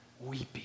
weeping